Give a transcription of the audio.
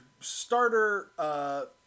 starter